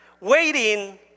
waiting